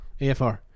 afr